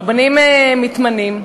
רבנים מתמנים,